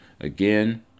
again